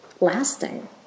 lasting